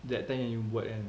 that time yang you buat kan